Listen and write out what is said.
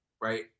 right